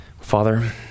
Father